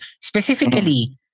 Specifically